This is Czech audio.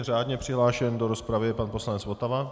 Řádně přihlášen do rozpravy je pan poslanec Votava.